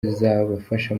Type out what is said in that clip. zizabafasha